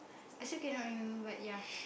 I still cannot remember but ya